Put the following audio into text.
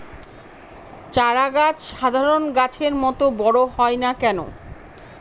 চারা গাছ সাধারণ গাছের মত বড় হয় না কেনো?